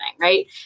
right